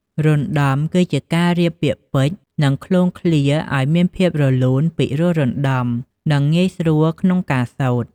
រណ្តំ គឺជាការរៀបពាក្យពេចន៍ និងឃ្លាឃ្លោងឱ្យមានភាពរលូន ពីរោះរណ្ដំ និងងាយស្រួលក្នុងការសូត្រ។